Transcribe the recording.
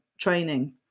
training